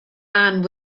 anne